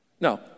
No